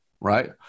right